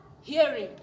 hearing